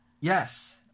Yes